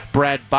Brad